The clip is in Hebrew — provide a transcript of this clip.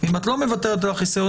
ואם את לא מוותרת על החיסיון,